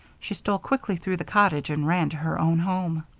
she stole quickly through the cottage and ran to her own home.